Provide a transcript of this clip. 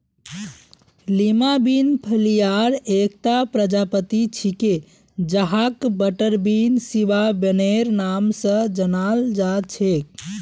Lima bean फलियार एकता प्रजाति छिके जहाक बटरबीन, सिवा बिनेर नाम स जानाल जा छेक